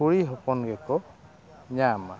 ᱠᱩᱲᱤ ᱦᱚᱯᱚᱱ ᱜᱮᱠᱚ ᱧᱟᱢᱟ